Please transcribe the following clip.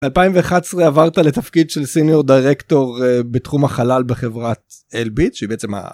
2011 עברת לתפקיד של סיניור דיירקטור בתחום החלל בחברת אלביט שהיא בעצם ה..